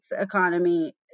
economy